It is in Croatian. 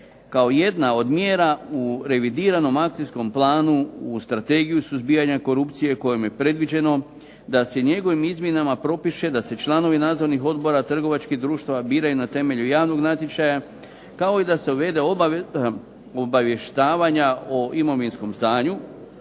kao jedna od mjera u revidiranom Akcijskom planu u Strategiji suzbijanja korupcije kojom je predviđeno da se njegovim izmjenama propiše da se članovi nadzornih odbora trgovačkih društava biraju na temelju javnog natječaja, kao i da se uvede obaveza obavještavanja o imovinskom stanju,